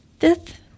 Fifth